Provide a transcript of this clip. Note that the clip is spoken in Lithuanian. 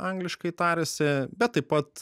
angliškai tariasi bet taip pat